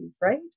right